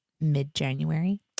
mid-January